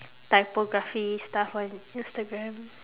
typography stuff on instagram